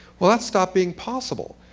well, that stopped being possible.